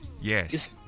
Yes